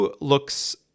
looks